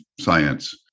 science